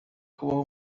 kubaho